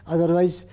Otherwise